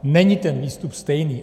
Není ten výstup stejný.